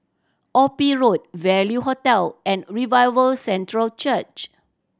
Ophir Road Value Hotel and Revival Centre Church